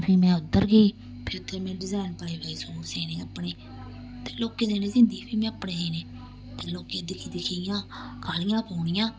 फ्ही में उद्धर गेई फ्ही उत्थें में डिजाईन पाई पाई सूट सीने अपने ते लोकें दे नेईं सींदी फ्ही में अपने सीने ते लोकें दिक्खी दिक्खी इ'यां काह्लियां पौनियां